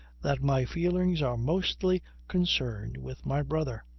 that my feelings are mostly concerned with my brother.